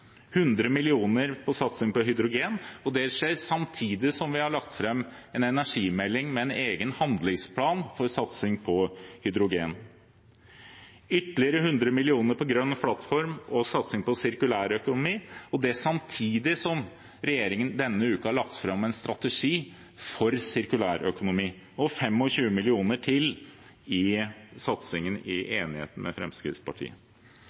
100 mill. kr til satsing på hydrogen. Det skjer samtidig som vi har lagt fram en energimelding med en egen handlingsplan for satsing på hydrogen. Vi har ytterligere 100 mill. kr på Grønn plattform og satsing på sirkulærøkonomi, samtidig som regjeringen denne uken har lagt fram en strategi for sirkulærøkonomi, og 25 mill. kr til i forbindelse med enigheten med Fremskrittspartiet.